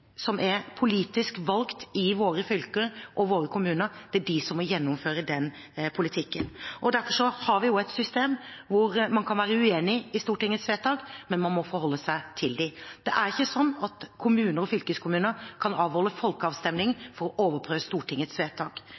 som er politisk valgt i våre fylker og våre kommuner, som må gjennomføre den politikken. Derfor har vi et system hvor man kan være uenig i Stortingets vedtak, men man må forholde seg til dem. Det er ikke sånn at kommuner og fylkeskommuner kan avholde folkeavstemning for å overprøve Stortingets vedtak.